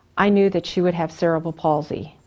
i knew that she would have cerebral palsy.